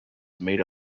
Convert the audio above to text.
made